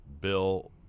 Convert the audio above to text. bill